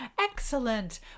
Excellent